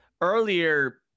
earlier